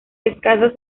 escasas